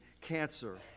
cancer